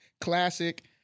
Classic